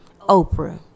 Oprah